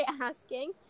asking